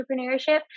entrepreneurship